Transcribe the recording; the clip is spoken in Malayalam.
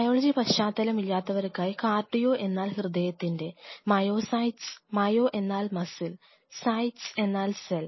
ബയോളജി പശ്ചാത്തലം ഇല്ലാത്തവർക്കായി കാർഡിയോ എന്നാൽ ഹൃദയത്തിൻറെ മയോസൈറ്റ്സ് 'മയോ' എന്നാൽ മസിൽ 'സൈറ്റ്സ്' എന്നാൽ സെൽ